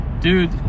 dude